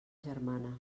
germana